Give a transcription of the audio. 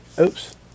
Oops